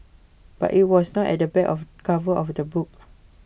but IT was not at the back of cover of the book